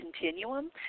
continuum